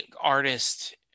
artist